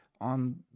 on